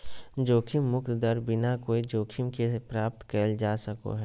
जोखिम मुक्त दर बिना कोय जोखिम के प्राप्त कइल जा सको हइ